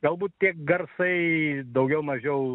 galbūt tie garsai daugiau mažiau